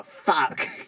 fuck